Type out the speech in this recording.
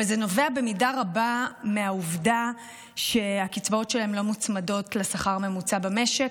וזה נובע במידה רבה מהעובדה שהקצבאות שלהם לא מוצמדות לשכר הממוצע במשק.